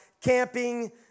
camping